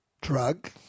drug